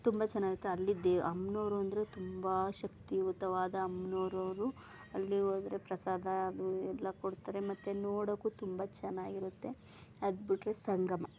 ತುಂಬ ಚೆನ್ನಾಗಿತ್ತು ಅಲ್ಲಿ ದೇ ಅಮ್ನೋರು ಅಂದರೆ ತುಂಬ ಶಕ್ತಿಯುತವಾದ ಅಮ್ನೋರು ಅವರು ಅಲ್ಲಿ ಹೋದ್ರೆ ಪ್ರಸಾದ ಅದು ಎಲ್ಲ ಕೊಡ್ತಾರೆ ಮತ್ತು ನೋಡೋಕು ತುಂಬ ಚೆನ್ನಾಗಿರತ್ತೆ ಅದ್ಬಿಟ್ರೆ ಸಂಗಮ